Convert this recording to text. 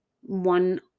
one